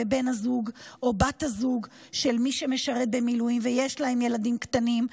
בבן או בת הזוג של מי שמשרת במילואים ויש להם ילדים קטנים,